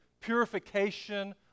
purification